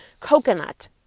coconut